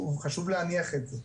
חשוב להניח את זה.